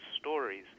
stories